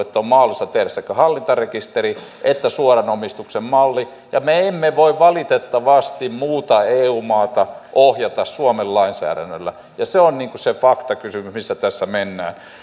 että on mahdollista tehdä sekä hallintarekisteri että suoran omistuksen malli ja me emme voi valitettavasti muuta eu maata ohjata suomen lainsäädännöllä se on se faktakysymys missä tässä mennään